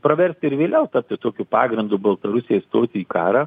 praversti ir vėliau tapti tokiu pagrindu baltarusijai stoti į karą